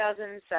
2007